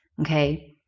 Okay